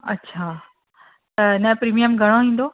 अच्छा त हिनजो प्रीमिअम घणो ईंदो